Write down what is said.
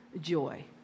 joy